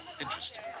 interesting